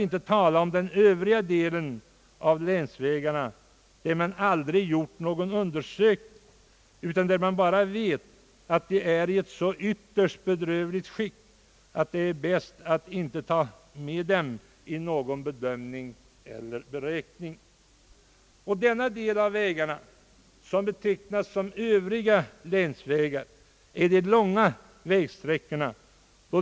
Beträffande övriga länsvägar har ingen undersökning gjorts, utan man vet bara att de är i ett så ytterst bedrövligt skick att det är bäst att inte ta med dem i någon bedömning eller beräkning. Denna kategori av vägar, som betecknas som öÖvriga länsvägar, utgör de långa vägsträckorna.